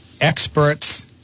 experts